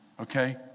okay